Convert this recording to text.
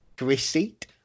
receipt